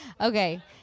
okay